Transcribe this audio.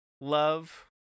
love